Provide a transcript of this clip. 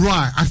Right